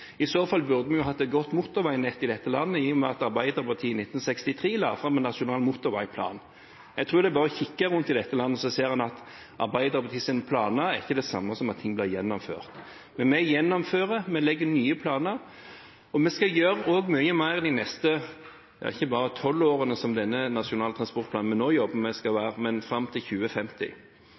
I så fall burde vi hatt et godt motorveinett i dette landet i og med at Arbeiderpartiet i 1963 la fram en nasjonal motorveiplan. Jeg tror at det er bare å kikke seg rundt om i dette landet så ser en at Arbeiderpartiets planer ikke er det samme som at ting blir gjennomført. Men vi gjennomfører, vi legger nye planer, og vi skal også gjøre mye mer de neste ikke bare tolv årene som denne nasjonale transportplanen vi nå jobber med, skal være, men fram til 2050.